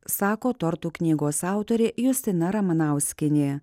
sako tortų knygos autorė justina ramanauskienė